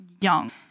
young